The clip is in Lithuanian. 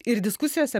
ir diskusijose